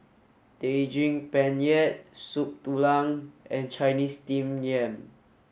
Daging Penyet Soup Tulang and Chinese Steamed Yam